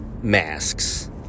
masks